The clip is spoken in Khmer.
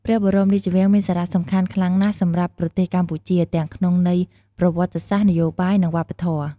ព្រះបរមរាជវាំងមានសារៈសំខាន់ខ្លាំងណាស់សម្រាប់ប្រទេសកម្ពុជា ទាំងក្នុងន័យប្រវត្តិសាស្ត្រ នយោបាយ និងវប្បធម៌។